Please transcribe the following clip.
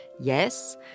yes